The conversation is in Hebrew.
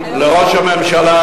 לראש הממשלה,